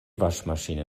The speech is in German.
waschmaschine